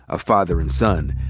a father and son,